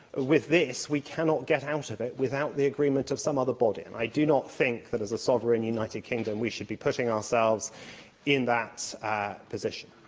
with this, we cannot get out of it without the agreement of some other body, and i do not think that, as a sovereign united kingdom, we should be putting putting ourselves in that position.